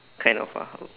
kind of a